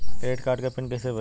Credit card के pin कैसे बनी?